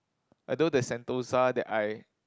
although there's Sentosa that I